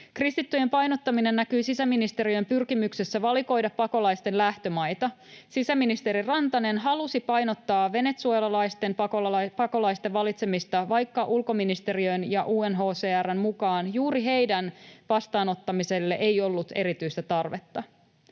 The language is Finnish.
Kristittyjen painottaminen näkyi sisäministeriön pyrkimyksessä valikoida pakolaisten lähtömaita. Sisäministeri Rantanen halusi painottaa venezuelalaisten pakolaisten valitsemista, vaikka ulkoministeriön ja UNHCR:n mukaan juuri heidän vastaanottamiselleen ei ollut erityistä tarvetta.